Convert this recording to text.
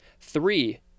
Three